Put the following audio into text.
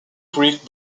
creeks